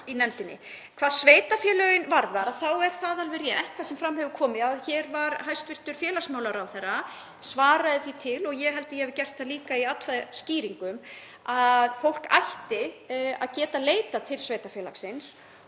í nefndinni. Hvað sveitarfélögin varðar þá er það alveg rétt sem fram hefur komið að hér svaraði hæstv. félagsmálaráðherra því til, og ég held að ég hafi gert það líka í atkvæðaskýringum, að fólk ætti að geta leitað til sveitarfélagsins